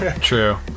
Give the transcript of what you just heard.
True